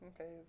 okay